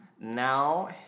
Now